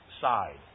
side